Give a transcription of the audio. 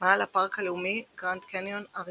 מעל הפארק הלאומי גרנד קניון, אריזונה.